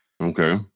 Okay